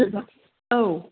औ